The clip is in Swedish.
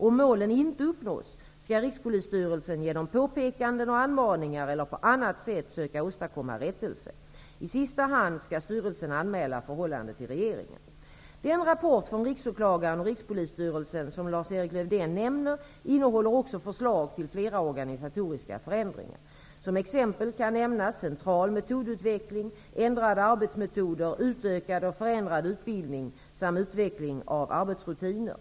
Om målen inte uppnås skall Rikspolisstyrelsen genom påpekanden och anmaningar eller på annat sätt söka åstadkomma rättelse. I sista hand skall styrelsen anmäla förhållandet till regeringen. Rikspolisstyrelsen som Lars-Erik Lövdén nämner innehåller också förslag till flera organisatoriska förändringar. Som exempel kan nämnas central metodutveckling, ändrade arbetsmetoder, utökad och förändrad utbildning samt utveckling av arbetsrutiner.